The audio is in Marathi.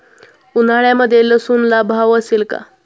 उन्हाळ्यामध्ये लसूणला भाव असेल का?